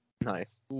Nice